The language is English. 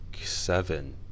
seven